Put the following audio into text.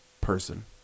person